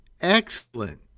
excellent